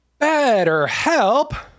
BetterHelp